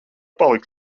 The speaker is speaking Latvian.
palikt